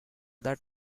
that